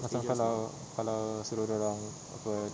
macam kalau kalau suruh dia orang apa